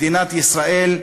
מדינת ישראל,